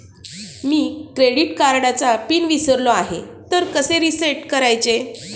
मी credit कार्डचा PIN विसरलो आहे तर कसे रीसेट करायचे?